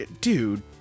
dude